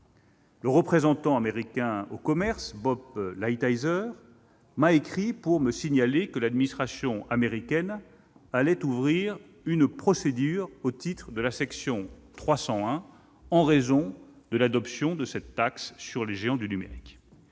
Le représentant au commerce des États-Unis, M. Robert Lightizer, m'a écrit pour me signaler que l'administration américaine allait ouvrir une procédure au titre de la section 301 du de 1974 en raison de l'adoption de cette taxe sur les géants du numérique.